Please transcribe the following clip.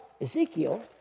Ezekiel